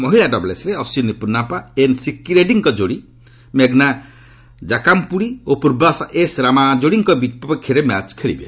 ମହିଳା ଡବଲ୍ସରେ ଅଶ୍ୱିନୀ ପୁନାପ୍ସା ଏନ୍ସିକ୍କିରେଡ୍ଡୀଙ୍କ ଯୋଡ଼ି ମେଘ୍ନା ଜାକାମ୍ପୁଡି ଓ ପୂର୍ବିଶା ଏସ୍ରାମ ଯୋଡ଼ିଙ୍କ ବିପକ୍ଷରେ ମ୍ୟାଚ ଖେଳିବେ